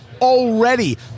already